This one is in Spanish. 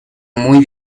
muy